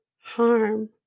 Harm